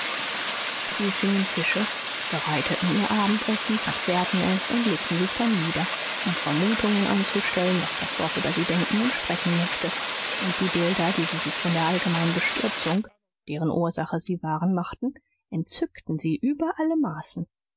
sie fingen fische bereiteten ihr abendessen verzehrten es und legten sich dann nieder um vermutungen anzustellen was das dorf über sie denken und sprechen möchte und die bilder die sie sich von der allgemeinen bestürzung deren ursache sie waren machten entzückten sie über alle maßen